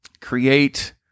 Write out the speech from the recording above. create